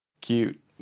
cute